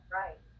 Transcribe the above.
right